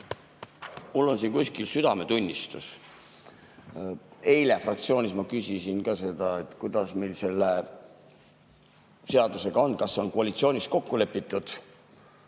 mul on siin kuskil südametunnistus. Eile fraktsioonis ma küsisin ka seda, kuidas meil selle seadusega on, kas on koalitsioonis kokku lepitud.